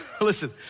listen